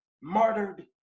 martyred